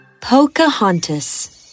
Pocahontas